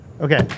Okay